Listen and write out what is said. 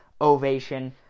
ovation